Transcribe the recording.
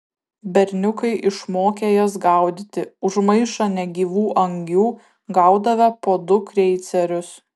berniukai išmokę jas gaudyti už maišą negyvų angių gaudavę po du kreicerius